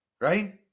right